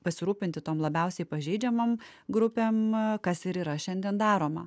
pasirūpinti tom labiausiai pažeidžiamom grupėm kas ir yra šiandien daroma